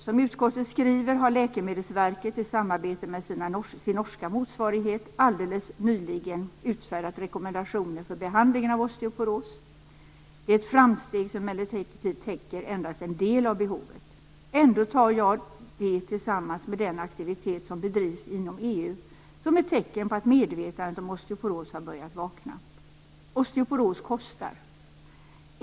Som utskottet skriver har Läkemedelsverket i samarbete med sin norska motsvarighet alldeles nyligen utfärdat rekommendationer för behandlingen av osteoporos. Det är ett framsteg som emellertid täcker endast en del av behovet. Ändå tar jag det tillsammans med den aktivitet som bedrivs inom EU som ett tecken på att medvetandet om osteoporos har börjat vakna. Osteoporos kostar.